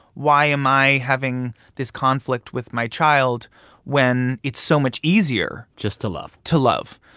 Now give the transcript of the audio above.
why am i having this conflict with my child when it's so much easier. just to love. to love?